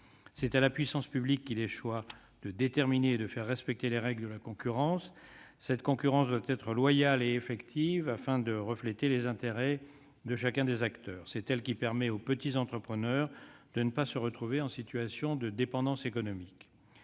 C'est à la puissance publique qu'il échoit de déterminer et de faire respecter les règles de la concurrence. Cette concurrence doit être loyale et effective, afin de refléter les intérêts de chacun des acteurs. C'est elle qui permet aux petits entrepreneurs de ne pas se retrouver en situation de dépendance économique.